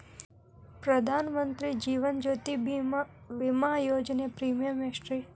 ಪ್ರಧಾನ ಮಂತ್ರಿ ಜೇವನ ಜ್ಯೋತಿ ಭೇಮಾ, ವಿಮಾ ಯೋಜನೆ ಪ್ರೇಮಿಯಂ ಎಷ್ಟ್ರಿ?